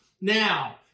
Now